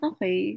Okay